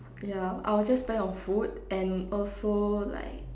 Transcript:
yeah I will just spend on food and also like